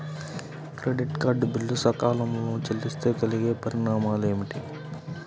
Credit card bill సకాలంలో చెల్లిస్తే కలిగే పరిణామాలేమిటి?